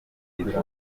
ivuriro